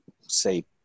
say